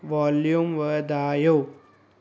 volume वधायो